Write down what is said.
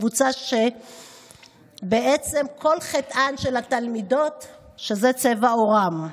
קבוצה שבה בעצם כל חטאן של התלמידות שזה צבע עורן.